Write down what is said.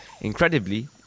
Incredibly